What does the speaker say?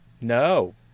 No